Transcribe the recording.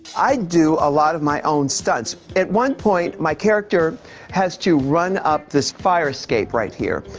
i do a lot of my own stunts. at one point my character has to run up this fire escape right here.